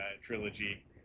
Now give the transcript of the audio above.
trilogy